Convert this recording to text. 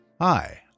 Hi